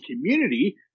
community